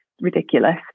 ridiculous